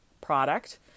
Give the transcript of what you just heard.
product